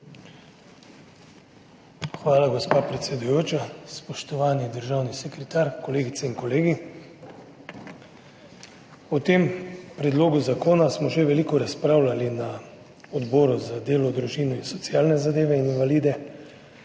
Hvala, gospa predsedujoča. Spoštovani državni sekretar, kolegice in kolegi! O tem predlogu zakona smo že veliko razpravljali na Odboru za delo, družino in socialne zadeve in invalide,